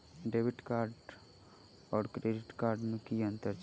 Debit card आओर credit card मे की अन्तर छैक?